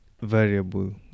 variable